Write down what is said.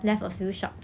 mm